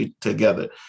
together